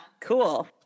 cool